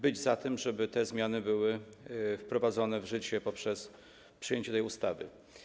Jesteśmy za tym, żeby te zmiany były wprowadzone w życie poprzez przyjęcie tej ustawy.